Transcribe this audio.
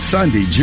Sunday